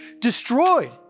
destroyed